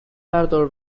بردار